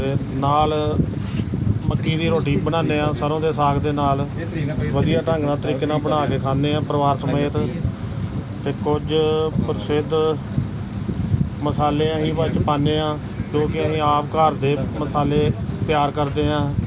ਅਤੇ ਨਾਲ ਮੱਕੀ ਦੀ ਰੋਟੀ ਬਣਾਉਂਦੇ ਹਾਂ ਸਰੋਂ ਦੇ ਸਾਗ ਦੇ ਨਾਲ ਵਧੀਆ ਢੰਗ ਨਾਲ ਤਰੀਕੇ ਨਾਲ ਬਣਾ ਕੇ ਖਾਂਦੇ ਹਾਂ ਪਰਿਵਾਰ ਸਮੇਤ ਅਤੇ ਕੁਝ ਪ੍ਰਸਿੱਧ ਮਸਾਲੇ ਅਸੀਂ ਬਾਅਦ 'ਚ ਪਾਉਂਦੇ ਹਾਂ ਜੋ ਕਿ ਅਸੀਂ ਆਪ ਘਰ ਦੇ ਮਸਾਲੇ ਤਿਆਰ ਕਰਦੇ ਹਾਂ